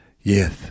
Yes